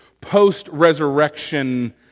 post-resurrection